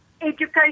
education